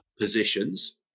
positions